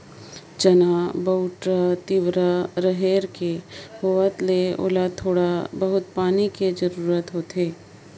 चना, बउटरा, तिंवरा, रहेर के होवत ले ओला थोड़ा बहुत पानी के जरूरत होथे